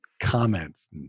comments